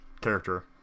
character